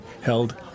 held